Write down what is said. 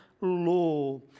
law